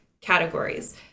categories